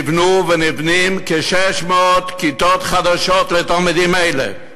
נבנו ונבנות כ-600 כיתות חדשות לתלמידים אלה.